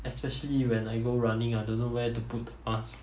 especially when I go running I don't know where to put the mask